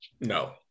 no